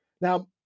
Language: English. now